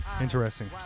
interesting